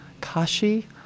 Kashi